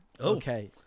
Okay